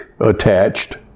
attached